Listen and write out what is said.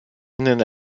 ihnen